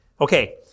Okay